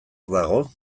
dago